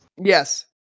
Yes